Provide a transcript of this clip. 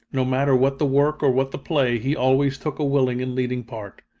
no matter what the work or what the play, he always took a willing and leading part.